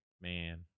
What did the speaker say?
man